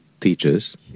teachers